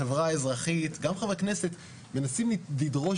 החברה האזרחית וגם חברי כנסת מנסים לדרוש